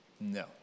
No